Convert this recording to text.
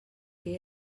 que